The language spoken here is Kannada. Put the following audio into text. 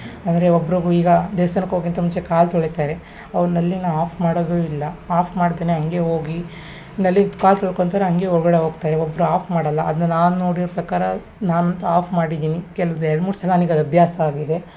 ಅಂದರೆ ಒಬ್ಬೊಬ್ಬರು ಈಗ ದೇವ್ಸ್ಥನಕ್ಕೆ ಹೋಗಕ್ಕಿಂತ ಮುಂಚೆ ಕಾಲು ತೊಳಿತಾರೆ ಅವ್ರು ನಲ್ಲಿನ ಆಫ್ ಮಾಡೋದು ಇಲ್ಲ ಆಫ್ ಮಾಡ್ದೆ ಹಂಗೇ ಹೋಗಿ ನಲ್ಲಿಲ್ಲಿ ಕಾಲು ತೊಳ್ಕೊತಾರೆ ಹಂಗೇ ಒಳಗಡೆ ಹೋಗ್ತಾರೆ ಒಬ್ರು ಆಫ್ ಮಾಡಲ್ಲ ಅದನ್ನ ನಾನು ನೋಡಿರೋ ಪ್ರಕಾರ ನಾನು ಆಫ್ ಮಾಡಿದ್ದೀನಿ ಕೆಲುವ್ ಎರಡು ಮೂರು ಸಲ ನನಿಗೆ ಅದು ಅಭ್ಯಾಸ ಆಗಿದೆ